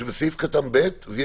יהיה